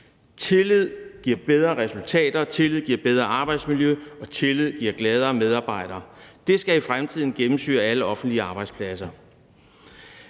Tillid giver bedre resultater, tillid giver bedre arbejdsmiljø, og tillid giver gladere medarbejdere. Det skal i fremtiden gennemsyre alle offentlige arbejdspladser.